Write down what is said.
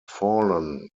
fallen